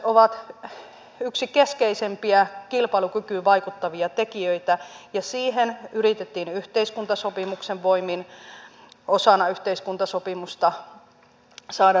yksikkötyökustannukset ovat yksi keskeisimpiä kilpailukykyyn vaikuttavia tekijöitä ja niihin yritettiin yhteiskuntasopimuksen voimin osana yhteiskuntasopimusta saada ratkaisua